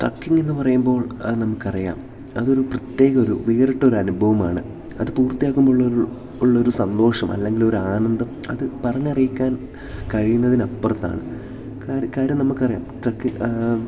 trekking എന്ന് പറയുമ്പോൾ നമുക്കറിയാം അതൊരു പ്രത്യേക ഒരു വേറിട്ടൊരനുഭവമാണ് അത് പൂർത്തിയാക്കുമ്പോള്ളൊരു ഉള്ളൊരു സന്തോഷം അല്ലെങ്കിൽ ഒരു ആനന്ദം അത് പറഞ്ഞറിയിക്കാൻ കഴിയുന്നതിനപ്പുറത്താണ് കാ കാര്യം നമുക്കറിയാം ട്രക്കിങ്